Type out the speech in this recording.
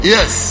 Yes